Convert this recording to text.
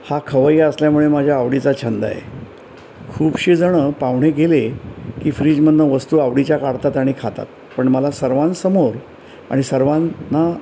हा खवय्या असल्यामुळे माझ्या आवडीचा छंद आहे खूपसे जण पाहुणे गेले की फ्रीजमधनं वस्तू आवडीच्या काढतात आणि खातात पण मला सर्वांसमोर आणि सर्वांना